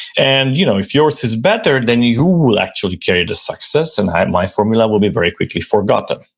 and you know if yours is better, then you will actually carry the success and my formula will be very quickly forgotten.